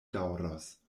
daŭros